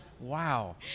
Wow